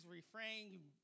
refrain